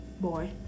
boy